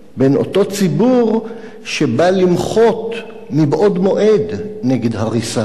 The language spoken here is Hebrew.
בין אותו ציבור שבא למחות מבעוד מועד נגד הריסה,